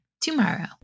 tomorrow